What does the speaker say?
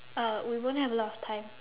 uh we won't have a lot of time